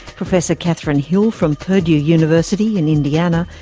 professor catherine hill from purdue university in indiana,